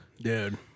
Dude